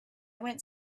went